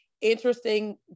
interesting